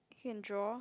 can draw